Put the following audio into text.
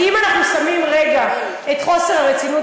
אבל אם אנחנו שמים רגע את חוסר הרצינות